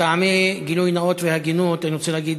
מטעמי גילוי נאות והגינות אני רוצה להגיד